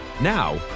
now